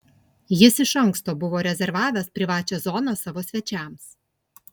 jis iš anksto buvo rezervavęs privačią zoną savo svečiams